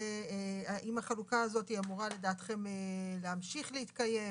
האם לדעתכם החלוקה הזאת אמורה להמשיך להתקיים?